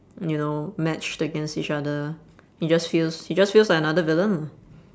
you know matched against each other he just feels he just feels like another villain lah